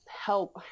help